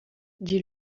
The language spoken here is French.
dit